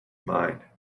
mind